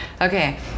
okay